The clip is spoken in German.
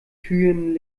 türen